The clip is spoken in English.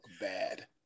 bad